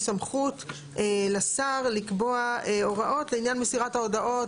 סמכות לשר לקבוע הוראות לעניין מסירת ההודעות,